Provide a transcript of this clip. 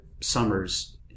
summers